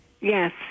Yes